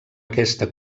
aquesta